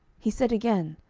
he said again,